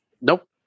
Nope